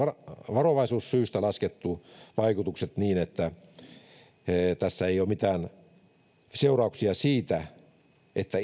varovaisuussyistä laskettu vaikutukset niin että tässä ei ole mitään seurauksia siitä että